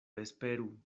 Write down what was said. esperu